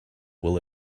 will